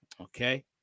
Okay